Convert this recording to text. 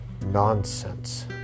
nonsense